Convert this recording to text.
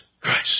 Christ